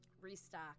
Restock